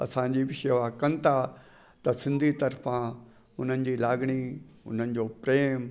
असांजी बि शेवा कनि था त सिंधी तर्फ़ा उन्हनि जी लांगड़ी उननि जो प्रेम